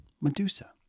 medusa